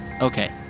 Okay